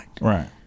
Right